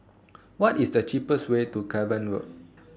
What IS The cheapest Way to Cavan Road